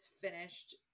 finished